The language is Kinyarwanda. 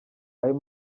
ayo